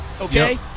okay